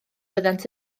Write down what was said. fyddant